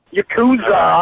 Yakuza